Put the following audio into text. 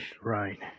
right